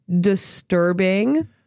disturbing